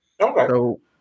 Okay